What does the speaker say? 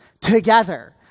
Together